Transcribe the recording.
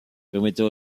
permettait